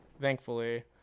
thankfully